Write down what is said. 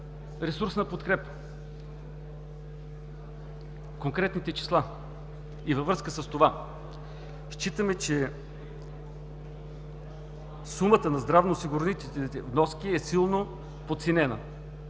ресурсна подкрепа, конкретните числа. И във връзка с това считаме, че сумата на здравноосигурителните вноски е силно подценена.